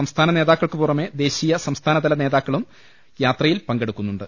സംസ്ഥാന നേതാക്കൾക്ക് പുറമെ ദേശീയ സംസ്ഥാനതല നേതാക്കളും യാത്രയിൽ പങ്കെടുക്കുന്നുണ്ട്